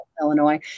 Illinois